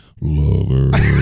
lover